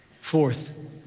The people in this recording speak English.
Fourth